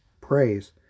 Praise